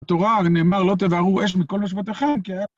בתורה נאמר, לא תבערו אש בכל מושבותכם, כי ה...